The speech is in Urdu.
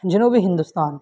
جنوبی ہندوستان